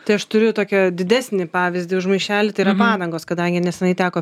tai aš turiu tokią didesnį pavyzdį už maišelį tai yra padangos kadangi nesenai teko